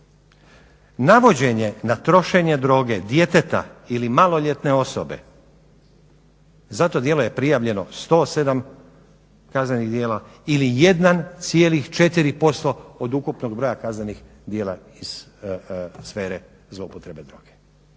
Navođenje na trošenje droge djeteta ili maloljetne osobe za to djelo je prijavljeno 107 kaznenih djela ili 1,4% od ukupnog broja kaznenih djela iz sfere zloupotrebe droge.